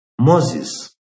Moses